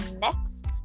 next